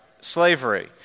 slavery